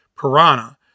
piranha